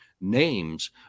names